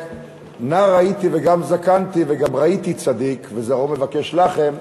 נער הייתי וגם זקנתי וגם ראיתי צדיק וזרעו מבקש לחם,